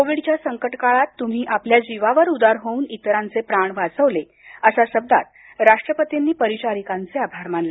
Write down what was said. कोविडच्या संकट काळात तुम्ही आपल्या जीवावर उदार होऊन इतरांचे प्राण वाचवले अशा शब्दात राष्ट्रपतींनी परिचारिकांचे आभार मानले